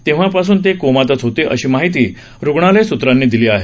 तेव्हापासून ते कोमातच होते अशी माहिती रूग्णालय सूत्रांनी दिली आहे